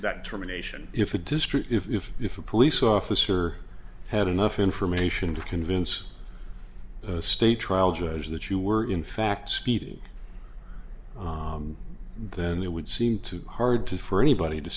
that termination if a district if if a police officer had enough information to convince the state trial judge that you were in fact speeding then it would seem too hard to for